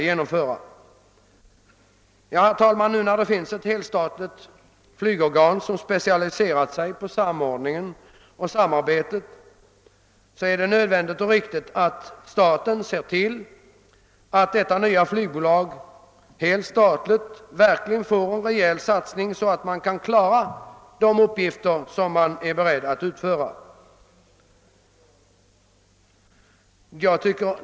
Herr talman! Nu när det finns ett helstatligt flygorgan som specialiserat sig på samordningen och samarbetet är det nödvändigt och riktigt att staten ser till att det görs en rejäl satsning, helst statlig, på detta nya flygbolag, så att man där kan klara de uppgifter man är beredd att utföra.